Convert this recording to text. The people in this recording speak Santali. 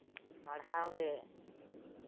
ᱯᱟᱲᱦᱟᱣ ᱨᱮ